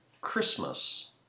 Christmas